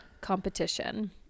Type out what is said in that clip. competition